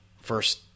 first